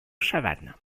chavannes